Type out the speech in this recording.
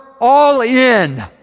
all-in